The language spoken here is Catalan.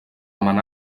mamà